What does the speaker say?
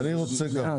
לא?